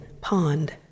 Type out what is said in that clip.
pond